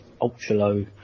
ultra-low